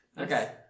Okay